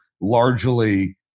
largely